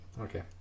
okay